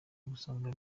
gusanga